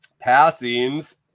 Passings